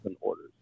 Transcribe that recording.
orders